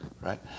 right